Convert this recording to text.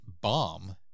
bomb